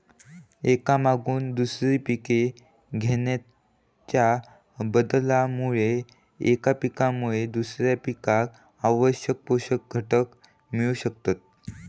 एका मागून दुसरा पीक घेणाच्या बदलामुळे एका पिकामुळे दुसऱ्या पिकाक आवश्यक पोषक घटक मिळू शकतत